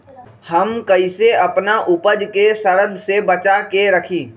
हम कईसे अपना उपज के सरद से बचा के रखी?